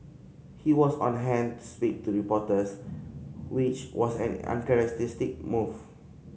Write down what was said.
he was on hand to speak to reporters which was an uncharacteristic move